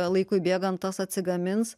laikui bėgant tas atsigamins